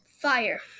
fire